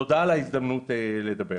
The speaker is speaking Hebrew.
תודה על ההזדמנות לדבר.